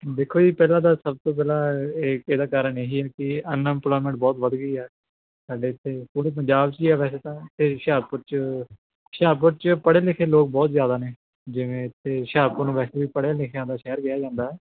ਦੇਖੋ ਜੀ ਪਹਿਲਾਂ ਤਾਂ ਸਭ ਤੋਂ ਪਹਿਲਾਂ ਇਹਦਾ ਕਾਰਨ ਇਹ ਹੈ ਕਿ ਅਨਮਪਲੋਈਮੈਂਟ ਬਹੁਤ ਵੱਧ ਗਈ ਹੈ ਸਾਡੇ ਤਾਂ ਪੂਰੇ ਪੰਜਾਬ 'ਚ ਹੀ ਹੈ ਵੈਸੇ ਤਾਂ ਹੁਸ਼ਿਆਰਪੁਰ ਹੁਸ਼ਿਆਰਪੁਰ 'ਚ ਪੜ੍ਹੇ ਲਿਖੇ ਲੋਕ ਬਹੁਤ ਜ਼ਿਆਦਾ ਨੇ ਜਿਵੇਂ ਇਥੇ ਹੁਸ਼ਿਆਰਪੁਰ ਨੂੰ ਵੈਸੇ ਵੀ ਪੜ੍ਹਿਆ ਲਿਖਿਆ ਦਾ ਸ਼ਹਿਰ ਗਿਆ ਜਾਂਦਾ